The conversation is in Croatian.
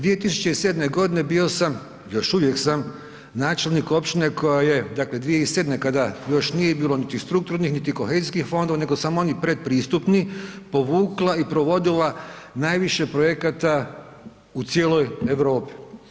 2007. godine bio sam i još uvijek sam načelnik općine koja je, dakle 2007. kada još nije bilo niti strukturnih niti kohezijskih fondova nego samo onih predpristupni povukla i provodila najviše projekata u cijeloj Europi.